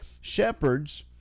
shepherds